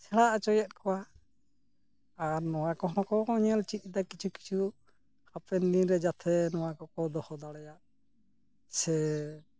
ᱥᱮᱬᱟ ᱚᱪᱚᱭᱮᱫ ᱠᱚᱣᱟ ᱟᱨ ᱱᱚᱣᱟ ᱠᱚᱦᱚᱸ ᱠᱚ ᱧᱮᱞ ᱪᱮᱫ ᱮᱫᱟ ᱠᱤᱪᱷᱩ ᱠᱤᱪᱷᱩ ᱦᱟᱯᱮᱱ ᱫᱤᱱ ᱨᱮ ᱡᱟᱛᱮ ᱱᱚᱣᱟ ᱠᱚᱠᱚ ᱫᱚᱦᱚ ᱫᱟᱲᱮᱭᱟᱜ ᱥᱮ